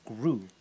grew